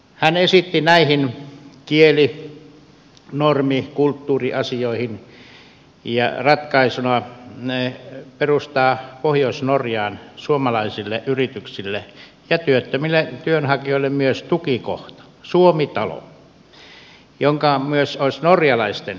hän esitti näihin kieli normi ja kulttuuriasioihin ratkaisuksi että perustettaisiin pohjois norjaan suomalaisille yrityksille ja myös työttömille työnhakijoille tukikohta suomi talo joka olisi myös norjalaisten kohtauspaikkana